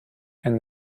and